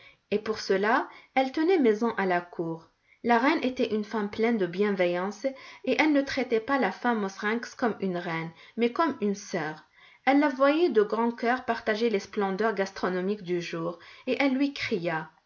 et pour cela elle tenait maison à la cour la reine était une femme pleine de bienveillance et elle ne traitait pas la femme mauserinks comme une reine mais comme une sœur elle la voyait de grand cœur partager les splendeurs gastronomiques du jour et elle lui cria